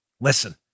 Listen